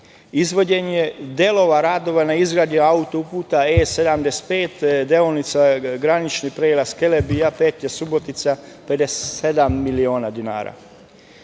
izvođenje delova radova na izgradnji radova auto-puta E75, deonica granični prelaz Kelebija –petlja Subotica 57 miliona dinara,